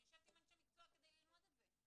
אני יושבת עם אנשי מקצוע כדי ללמוד את זה.